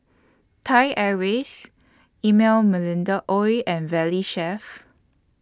Thai Airways Emel Melinda Ooi and Valley Chef